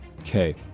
Okay